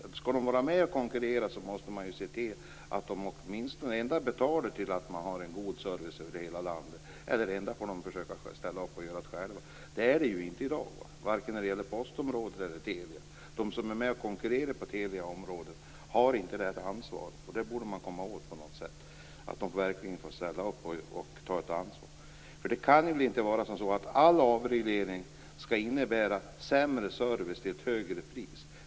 Om dessa bolag skall vara med och konkurrera måste de se till att det är en god service över hela landet. Men det är inte på det sättet i dag, vare sig när det gäller postområdet eller teleområdet. De som är med och konkurrerar på teleområdet har inte detta ansvar. Det borde man kunna komma åt på något sätt. Det kan väl inte vara på det sättet att all avreglering skall innebära sämre service till ett högre pris.